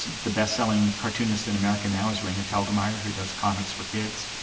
the bestselling cartoonist in america now is raina telgemeier, who does comics for kids,